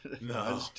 no